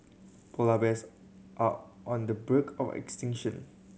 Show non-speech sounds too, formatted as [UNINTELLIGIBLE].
polar bears are on the [UNINTELLIGIBLE] of extinction